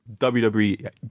WWE